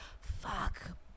fuck